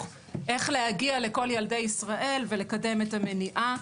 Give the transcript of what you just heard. איך להגיע לכל ילדי ישראל ולקדם את המניעה,